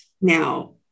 now